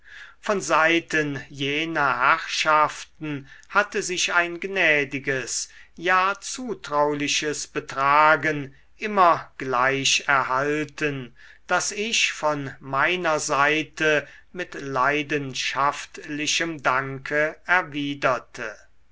von seiten jener herrschaften hatte sich ein gnädiges ja zutrauliches betragen immer gleich erhalten das ich von meiner seite mit leidenschaftlichem danke erwiderte